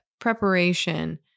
preparation